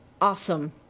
Awesome